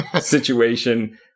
situation